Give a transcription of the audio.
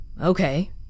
okay